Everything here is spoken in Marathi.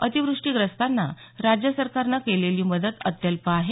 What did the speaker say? अतिव्रष्टीग्रस्तांना राज्य सरकारने केलेली मदत अत्यल्प आहे